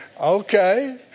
Okay